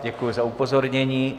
Děkuji za upozornění.